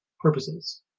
purposes